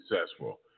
successful